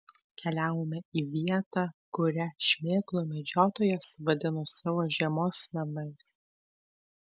keliavome į vietą kurią šmėklų medžiotojas vadino savo žiemos namais